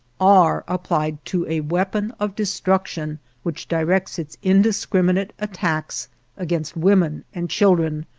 are applied to a weapon of destruction which directs its indiscriminate attacks against women and children,